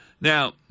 Now